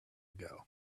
ago